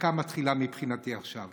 הדקה מתחילה מבחינתי עכשיו.